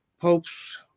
Pope's